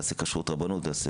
תעשה כשרות רבנות וכולי.